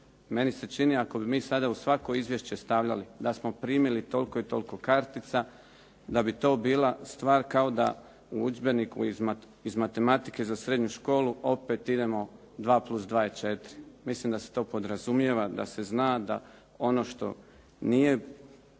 Meni se čini ako bi mi sada u svako izvješće stavljali da smo primili toliko i toliko kartica da bi to bila stvar kao da u udžbeniku iz matematike za srednju školu opet idemo 2+2=4. Mislim da se to podrazumijeva, da se zna da ono što nije